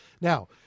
Now